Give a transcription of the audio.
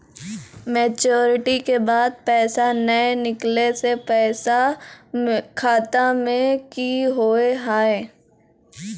Maturity के बाद पैसा नए निकले से पैसा खाता मे की होव हाय?